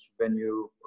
venue